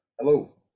hello